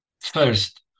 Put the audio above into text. First